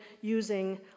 using